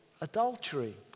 adultery